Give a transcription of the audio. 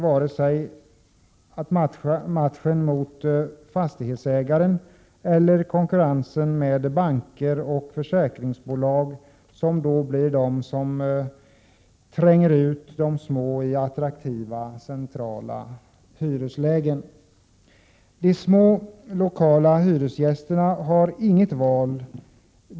varken matchen mot fastighetsägaren eller konkurrensen med banker och försäkringsbolag, som tränger ut de små från attraktiva och centrala lägen. De små lokalhyresgästerna har inget val.